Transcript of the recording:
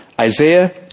Isaiah